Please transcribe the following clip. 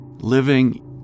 living